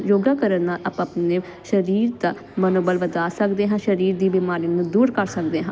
ਯੋਗਾ ਕਰਨ ਨਾਲ ਆਪਾਂ ਆਪਣੇ ਸਰੀਰ ਦਾ ਮਨੋਬਲ ਵਧਾ ਸਕਦੇ ਹਾਂ ਸਰੀਰ ਦੀ ਬਿਮਾਰੀ ਨੂੰ ਦੂਰ ਕਰ ਸਕਦੇ ਹਾਂ